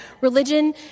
religion